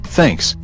Thanks